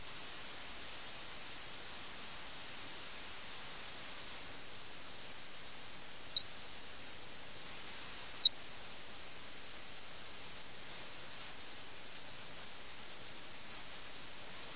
സമൂഹത്തിൽ ഉടനീളം വ്യാപിച്ചുകിടക്കുന്ന ധാർമ്മിക അഴിമതിയിൽ അധാർമിക പകർച്ചവ്യാധിയിൽ ഈ വ്യത്യസ്ത വിഭാഗങ്ങളിലുള്ള ആളുകളെല്ലാം ഉൾപ്പെട്ടിരിക്കുന്നു